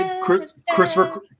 Christopher